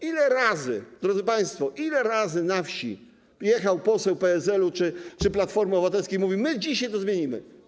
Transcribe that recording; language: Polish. Ile razy, drodzy państwo, ile razy na wieś jechał poseł PSL-u czy Platformy Obywatelskiej i mówił: my dzisiaj to zmienimy?